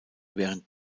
während